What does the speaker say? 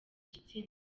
gitsina